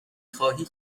خواهی